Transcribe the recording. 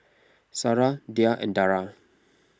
Sarah Dhia and Dara